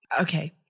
okay